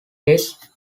days